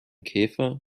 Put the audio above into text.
käfer